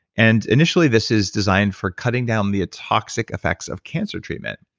and initially, this is designed for cutting down the toxic effects of cancer treatment.